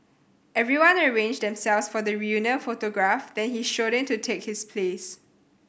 everyone arranged themselves for the reunion photograph then he strode in to take his place